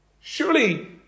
Surely